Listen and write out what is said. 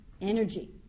energy